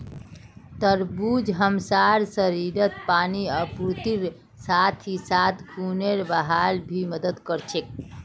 तरबूज हमसार शरीरत पानीर आपूर्तिर साथ ही साथ खूनेर बहावत भी मदद कर छे